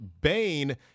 Bain